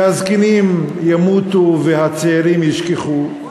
שהזקנים ימותו והצעירים ישכחו,